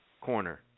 Corner